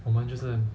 我们就是